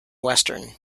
western